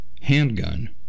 handgun